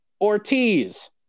Ortiz